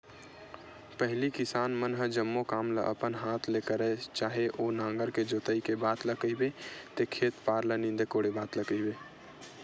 पहिली किसान मन ह जम्मो काम ल अपन हात ले करय चाहे ओ नांगर के जोतई के बात ल कहिबे ते खेत खार ल नींदे कोड़े बात ल कहिबे